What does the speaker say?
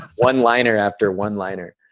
one-liner after one-liner.